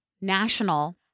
national